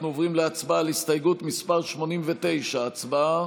אנחנו עוברים להצבעה על הסתייגות מס' 89. הצבעה.